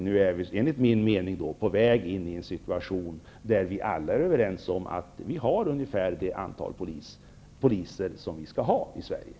Nu håller situationen på att bli sådan att vi alla är överens om att vi har ungefär det antal poliser i Sverige som vi skall ha.